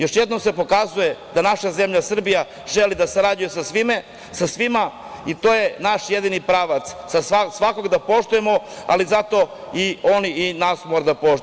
Još jednom se pokazuje da naša zemlja Srbija želi da sarađuje sa svima, i to je naš jedini pravac, svakog da poštujemo, ali zato i oni nas moraju da poštuju.